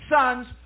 sons